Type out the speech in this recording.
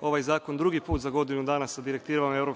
ovaj zakon drugi put za godinu dana sa direktivama EU,